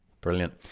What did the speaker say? Brilliant